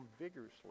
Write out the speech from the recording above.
vigorously